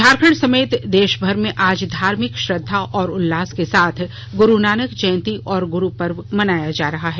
झारखंड समेत देशभर में आज धार्मिक श्रद्वा और उल्लास के साथ गुरूनानक जयंती और गुरू पर्व मनाया जा रहा है